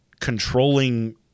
controlling